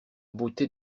beauté